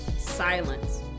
silence